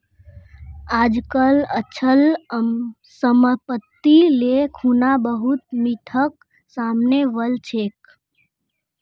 आजकल अचल सम्पत्तिक ले खुना बहुत मिथक सामने वल छेक